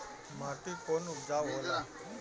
माटी कौन उपजाऊ होला?